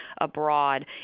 abroad